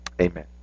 Amen